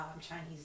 Chinese